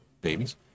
babies